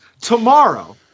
tomorrow